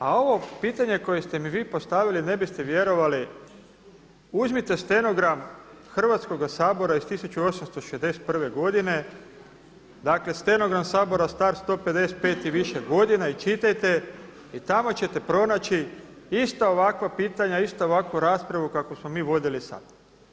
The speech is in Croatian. A ovo pitanje koje ste mi vi postavili ne biste vjerovali, uzmite stenogram Hrvatskoga sabora iz 1861. godine dakle stenogram Sabora star 155 i više godina i čitajte i tamo ćete pronaći ista ovakva pitanja, istu ovakvu raspravu kakvu smo mi vodili sada.